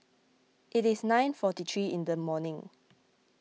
it is nine forty three in the morning